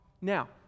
Now